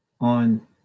on